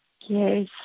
Yes